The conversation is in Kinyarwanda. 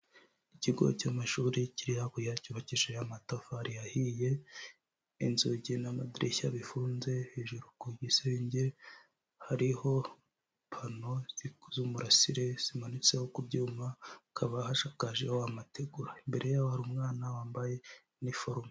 Ikigo cy'amashuri kiri hakurya cyubakishije amatafari yahiye inzugi n'amadirishya bifunze hejuru kugisenge hariho pano z'umurasire zimanitseho kubyuma hakaba hashakaje amategura, imbere yaho hari umwana wambaye uniform.